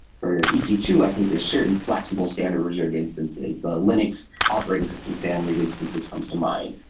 for e c two, i think there are certain flexible standard reserved instances, the linux operating system family of instances comes to mind,